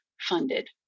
funded